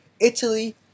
Italy